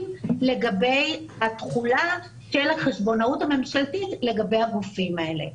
לגבי התחולה של החשבונאות הממשלתית לגבי הגופים האלה.